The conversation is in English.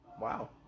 Wow